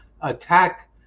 attack